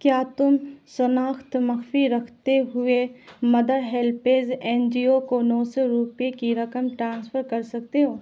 کیا تم شناخت مخفی رکھتے ہوئے mother HelpAge N G O کو نو سو روپے کی رقم ٹرانسفر کر سکتے ہو